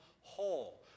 whole